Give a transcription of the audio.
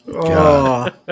God